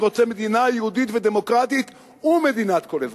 אני רוצה מדינה יהודית ודמוקרטית ומדינת כל אזרחיה.